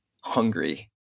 hungry